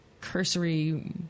cursory